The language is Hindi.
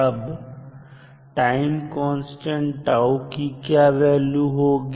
अब टाइम कांस्टेंट की क्या वैल्यू होगी